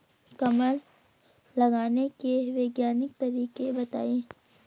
कमल लगाने के वैज्ञानिक तरीके बताएं?